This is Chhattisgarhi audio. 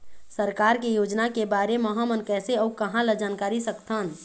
सरकार के योजना के बारे म हमन कैसे अऊ कहां ल जानकारी सकथन?